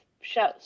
shows